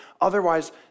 Otherwise